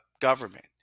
government